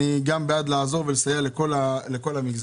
גם אני בעד לעזור ולסייע לכל המגזר.